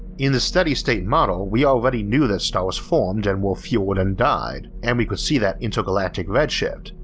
in the steady state model we already knew that stars formed and were fueled and died, and we could see that intergalactic red shift.